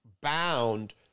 bound